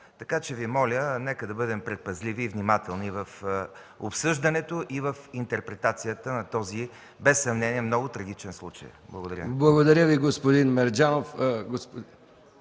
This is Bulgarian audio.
Така че Ви моля нека да бъдем предпазливи и внимателни в обсъждането и в интерпретацията на този без съмнение много трагичен случай. Благодаря. ПРЕДСЕДАТЕЛ МИХАИЛ МИКОВ: Благодаря Ви, господин Мерджанов.